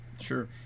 Sure